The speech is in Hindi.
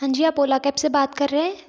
हाँ जी आप ओला कैब से बात कर रहे हैं